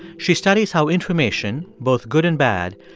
she studies how information, both good and bad,